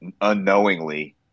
unknowingly